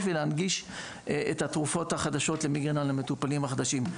ולהנגיש את התרופות החדשות למיגרנה למטופלים החדשים.